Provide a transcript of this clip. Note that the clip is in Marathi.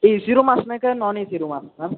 ए सी रूम असणार आहे का नॉन ए सी रूम असणार